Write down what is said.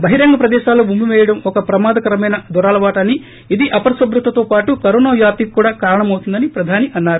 బహిరంగ ప్రదేశాల్లో ఉమ్మివేయడం ఒక ప్రమాదకరమైన దురలవాటని ఇది అపరిశుభ్రతతో పాటు కరోనా వ్యాప్తికి కూడా కారణమవుతుందని ప్రధాని అన్నారు